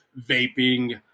vaping